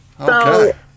Okay